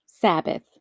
Sabbath